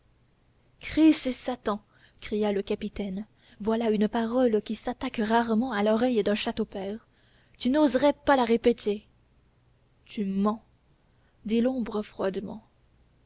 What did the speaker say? christ et satan cria le capitaine voilà une parole qui s'attaque rarement à l'oreille d'un châteaupers tu n'oserais pas la répéter tu mens dit l'ombre froidement